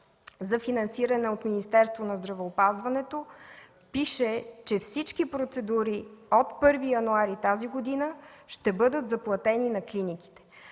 за финансиране от Министерството на здравеопазването, пише, че всички процедури от 1 януари тази година ще бъдат заплатени на клиниките.